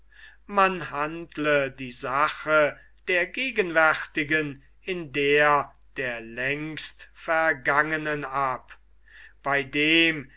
man handle die sache der gegenwärtigen in der der längst vergangenen ab bei dem